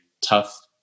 tough